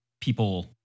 people